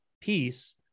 peace